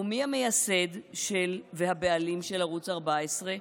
ומי המייסד והבעלים של ערוץ 14?